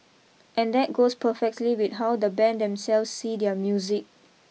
and that goes perfectly with how the band themselves see their music